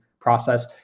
process